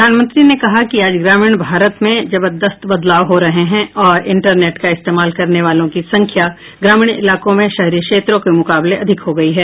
प्रधानमंत्री ने कहा कि आज ग्रामीण भारत में जबर्दस्त बदलाव हो रहे हैं और इंटरनेट का इस्तेमाल करने वालों की संख्या ग्रामीण इलाकों में शहरी क्षेत्रों के मुकाबले कहीं अधिक हो गई है